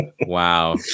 Wow